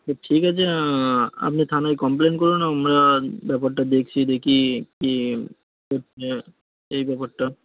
আচ্ছা ঠিক আছে আপনি থানায় কমপ্লেন করুন আমরা ব্যাপারটা দেখছি যে কী কী করছে এই ব্যাপারটা